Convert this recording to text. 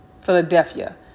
Philadelphia